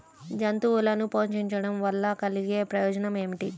జంతువులను పోషించడం వల్ల కలిగే ప్రయోజనం ఏమిటీ?